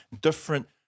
different